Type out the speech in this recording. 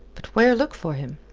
but where look for him?